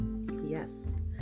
Yes